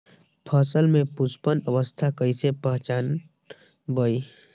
फसल में पुष्पन अवस्था कईसे पहचान बई?